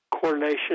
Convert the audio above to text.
coordination